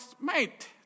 mate